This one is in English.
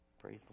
Praise